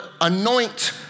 anoint